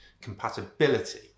compatibility